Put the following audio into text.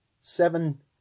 seven